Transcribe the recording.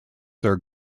their